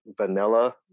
vanilla